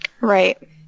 Right